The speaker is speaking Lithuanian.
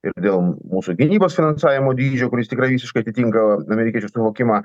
ir dėl mūsų gynybos finansavimo dydžio kuris tikrai visiškai atitinka amerikiečių suvokimą